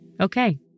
okay